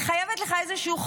לא אמרת כלום.